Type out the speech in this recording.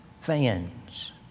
fans